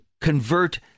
convert